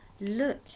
Look